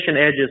edges